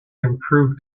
improved